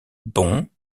bon